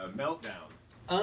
meltdown